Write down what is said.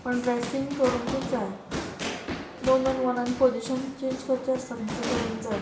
पण ड्रेसींग करूंकूच जाय दोन दोन वॉरान पोजीशन चेंज करचें आसता न्ही तें करूंक जाय